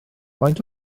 faint